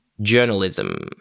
journalism